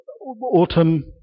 autumn